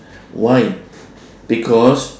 why because